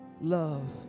love